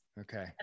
Okay